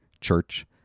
Church